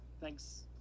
Thanks